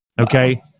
Okay